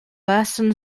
western